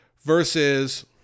versus